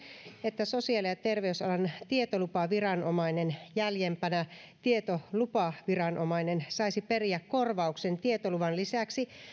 että sosiaali ja terveysalan tietolupaviranomainen jäljempänä tietolupaviranomainen saisi periä korvauksen tietoluvan lisäksi